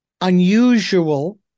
unusual